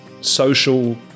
social